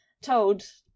told